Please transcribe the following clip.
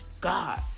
God